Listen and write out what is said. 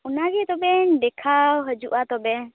ᱚᱱᱟᱜᱮ ᱛᱚᱵᱮ ᱫᱮᱠᱷᱟᱣ ᱦᱟᱹᱡᱩᱜᱼᱟ ᱛᱚᱵᱮ